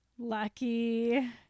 Lucky